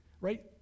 right